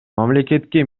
мамлекетке